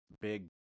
big